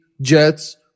Jets